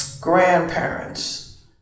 grandparents